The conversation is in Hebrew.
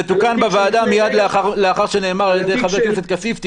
זה תוקן בוועדה מיד לאחר שנאמר על ידי חבר הכנסת כסיף.